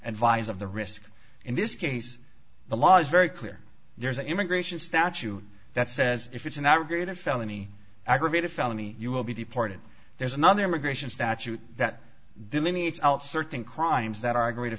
advise of the risk in this case the law is very clear there's an immigration statute that says if it's an evergreen a felony aggravated felony you will be deported there's another immigration statute that delineates out certain crimes that are g